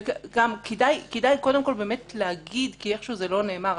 וגם כדאי קודם כול להגיד כי איכשהו זה לא נאמר,